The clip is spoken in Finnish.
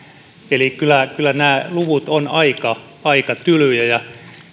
eli kyllä nämä luvut ovat aika tylyjä ja